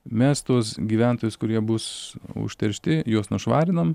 mes tuos gyventojus kurie bus užteršti juos nušvarinam